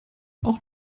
auch